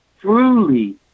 truly